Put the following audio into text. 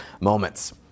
moments